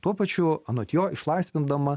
tuo pačiu anot jo išlaisvindama